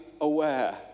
aware